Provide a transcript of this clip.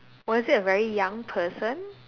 was it a very young person